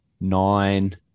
nine